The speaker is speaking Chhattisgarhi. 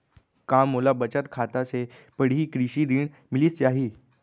का मोला बचत खाता से पड़ही कृषि ऋण मिलिस जाही?